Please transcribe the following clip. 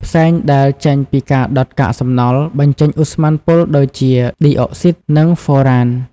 ផ្សែងដែលចេញពីការដុតកាកសំណល់ បញ្ចេញឧស្ម័នពុលដូចជា ឌីអុកស៊ីន និងហ្វូរ៉ាន។